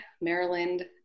Maryland